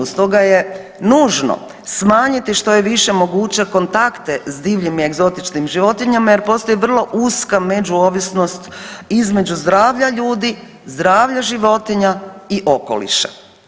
Stoga je nužno smanjiti što je više moguće kontakte s divljim i egzotičnim životinjama jer postoji vrlo uska međuovisnost između zdravlja ljudi, zdravlja životinja i okoliša.